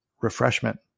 refreshment